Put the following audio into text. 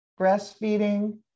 breastfeeding